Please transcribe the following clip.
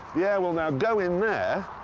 yeah will now go in there.